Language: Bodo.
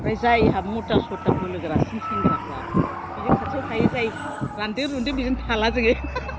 ओमफ्राइ जायहा मददा सददा बोलो गोरासिन सेंग्राफ्रा बेजों खाथियाव थायो जाय रान्दों रुन्दों बेजों थाला जोङो